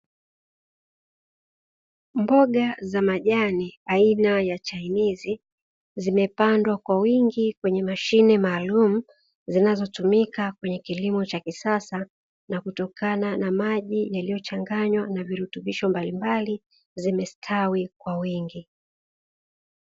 Mboga za majani aina ya chainizi zimepandwa kwa wingi kwenye mashine maalumu zinazotumika kwenye kilimo cha kisasa na kutokana na maji yaliyochanganywa na virutubisho mbalimbali zimestawi kwa wingi.